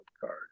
card